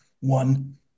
one